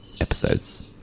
episodes